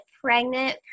pregnant